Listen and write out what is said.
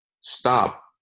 stop